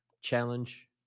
challenge